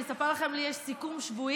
אני אספר לכם שלי יש סיכום שבועי